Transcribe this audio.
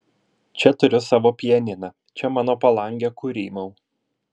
čia turiu savo pianiną čia mano palangė kur rymau